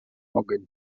mogę